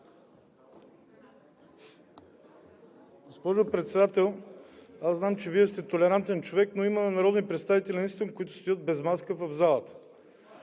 Госпожо Председател, аз знам, че Вие сте толерантен човек, но има народни представители наистина, които стоят без маска в залата,